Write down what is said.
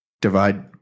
divide